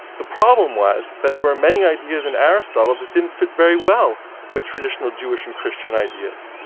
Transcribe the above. the problem was that there were many ideas in aristotle that didn't fit very well with traditional jewish and christian ideas.